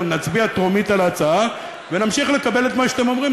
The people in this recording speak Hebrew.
נצביע טרומית על ההצעה ונמשיך לקבל את מה שאתם אומרים.